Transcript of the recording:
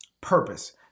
purpose